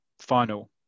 final